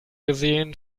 gesehen